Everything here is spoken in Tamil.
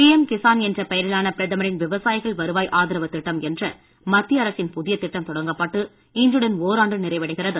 பி எம் கிசான் என்ற பெயரிலான பிரதமரின் விவசாயிகள் வருவாய் ஆதரவு திட்டம் என்ற மத்திய அரசின் புதிய திட்டம் தொடங்கப்பட்டு இன்றுடன் ஓராண்டு நிறைவடைகிறது